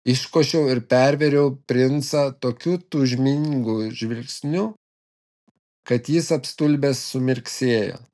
iškošiau ir pervėriau princą tokiu tūžmingu žvilgsniu kad jis apstulbęs sumirksėjo